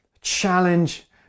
challenge